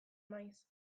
maiz